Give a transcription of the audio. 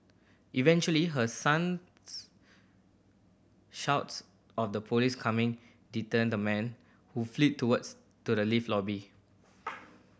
eventually her son's shouts of the police coming deterred the man who fled towards to the lift lobby